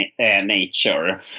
nature